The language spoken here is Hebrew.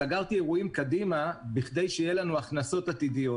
סגרתי אירועים קדימה בכדי שיהיו לנו הכנסות עתידיות.